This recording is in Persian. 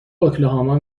اوکلاهاما